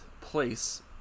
place